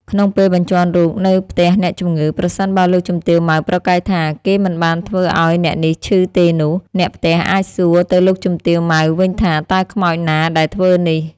ក្នុងពេលបញ្ជាន់រូបនៅផ្ទះអ្នកជំងឺ ប្រសិនបើលោកជំទាវ ម៉ៅ ប្រកែកថា គេមិនបានធ្វើឲ្យអ្នកនេះឈឺទេនោះ អ្នកផ្ទះអាចសួរទៅលោកជំទាវ ម៉ៅ វិញថា តើខ្មោចណាដែលធ្វើនេះ?